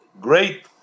great